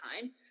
time